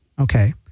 Okay